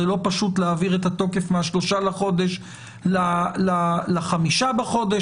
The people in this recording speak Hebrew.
לא פשוט להעביר את התוקף מה-3 בחודש ל-5 בחודש,